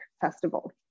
festival